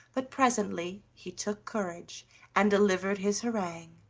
but presently he took courage and delivered his harangue,